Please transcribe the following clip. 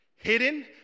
hidden